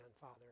Father